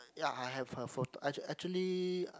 ya I have her photo act~ actually